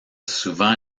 souvent